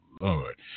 Lord